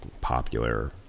popular